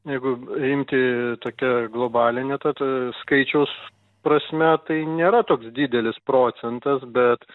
jeigu imti tokia globaline tad skaičiaus prasme tai nėra toks didelis procentas bet